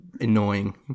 annoying